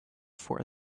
for